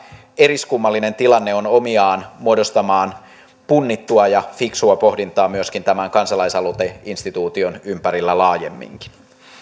eriskummallinen tilanne on omiaan muodostamaan punnittua ja fiksua pohdintaa myöskin tämän kansalaisaloiteinstituution ympärillä laajemminkin